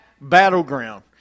Battleground